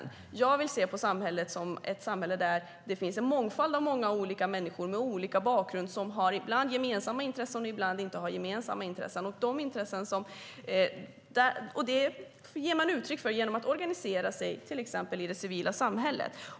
Jag vill se på samhället som att där finns en mångfald av många olika människor som har olika bakgrund och som ibland har gemensamma intressen och ibland inte. Det ger man uttryck för genom att organisera sig till exempel i det civila samhället.